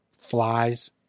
flies